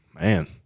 man